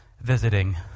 visiting